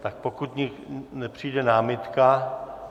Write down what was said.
Tak pokud nepřijde námitka...